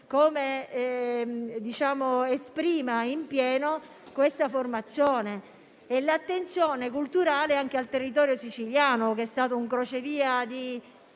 testi esprime in pieno la sua formazione e l'attenzione culturale anche al territorio siciliano, che è stato un crocevia di